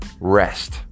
rest